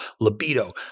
libido